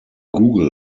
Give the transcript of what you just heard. google